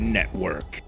Network